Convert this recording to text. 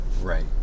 Right